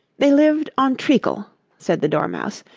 they lived on treacle said the dormouse,